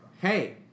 Hey